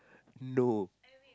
no